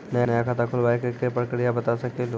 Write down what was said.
नया खाता खुलवाए के प्रक्रिया बता सके लू?